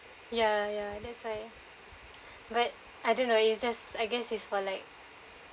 ya ya that's why but I don't know it's just I guess it's for like